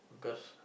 cause